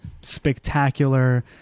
spectacular